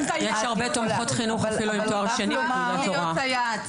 יש הרבה תומכות לחיוך אפילו עם תואר שני ותעודת הוראה.